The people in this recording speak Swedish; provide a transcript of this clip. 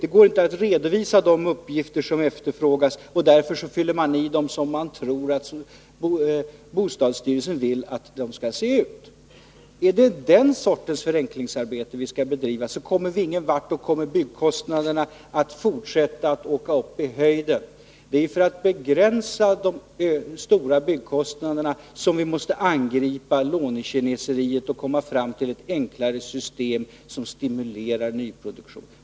Det går inte att redovisa de uppgifter som efterfrågas, och därför fyller man i som man tror att bostadsstyrelsen vill. Är det den sortens förenklingsarbete som vi skall bedriva, kommer vi ingen vart. Då kommer byggkostnaderna att fortsätta att rusa i höjden. Det är för att begränsa de stora byggkostnaderna som vi måste angripa lånekineseriet och få ett enklare system som stimulerar nyproduktion.